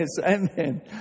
amen